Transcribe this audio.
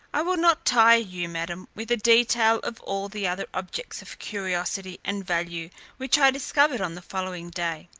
i will not tire you, madam, with a detail of all the other objects of curiosity and value which i discovered on the following day.